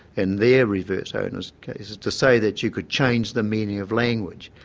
and their reverse onus cases, to say that you could change the meaning of language.